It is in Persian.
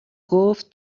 گفت